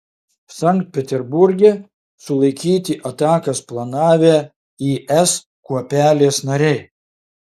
sankt peterburge sulaikyti atakas planavę is kuopelės nariai